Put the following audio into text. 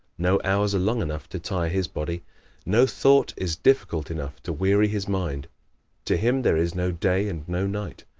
no hours are long enough to tire his body no thought is difficult enough to weary his mind to him there is no day and no night,